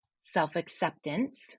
self-acceptance